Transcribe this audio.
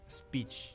speech